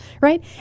right